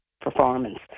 performance